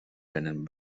venen